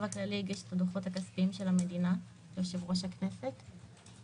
את הדוחות הכספיים של המדינה ליושב-ראש הכנסת,